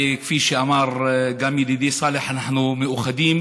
וכפי שאמר גם ידידי סאלח, אנחנו מאוחדים